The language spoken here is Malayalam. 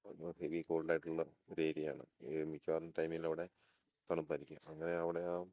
ഹെവി കോൾഡ് ആയിട്ടുള്ള ഒരു ഏരിയ ആണ് ഈ മിക്കവാറും ടൈമിൽ അവിടെ തണുപ്പായിരിക്കും അങ്ങനെ അവിടെ ആ